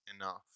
enough